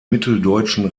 mitteldeutschen